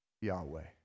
Yahweh